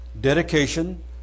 dedication